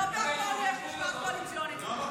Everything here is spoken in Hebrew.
לא בכל דבר יש משמעת קואליציונית.